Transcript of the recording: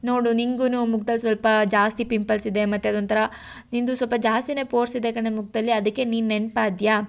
ನೋಡು ನಿಂಗೂ ಮುಕ್ದಲ್ಲಿ ಸ್ವಲ್ಪ ಜಾಸ್ತಿ ಪಿಂಪಲ್ಸ್ ಇದೆ ಮತ್ತೆ ಅದೊಂತರ ನಿನ್ನದು ಸ್ವಲ್ಪ ಜಾಸ್ತಿಯೇ ಪೋರ್ಸ್ ಇದೆ ಕಣೇ ಮುಖದಲ್ಲಿ ಅದಕ್ಕೆ ನೀನು ನೆನಪಾದ್ಯಾ